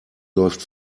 läuft